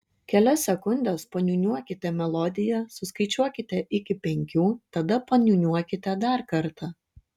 kelias sekundes paniūniuokite melodiją suskaičiuokite iki penkių tada paniūniuokite dar kartą